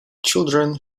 children